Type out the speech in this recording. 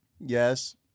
Yes